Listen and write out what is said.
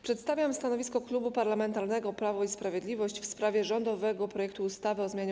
Przedstawiam stanowisko Klubu Parlamentarnego Prawo i Sprawiedliwość w sprawie rządowego projektu ustawy o zmianie